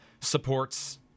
supports